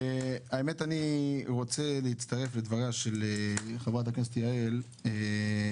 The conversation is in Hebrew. אני רוצה להצטרף לדבריה של חברת הכנסת יעל רון בן משה.